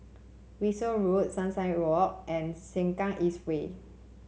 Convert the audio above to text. Wolskel Road Sunrise Walk and Sengkang East Way